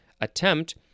attempt